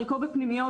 חלקו בפנימיות,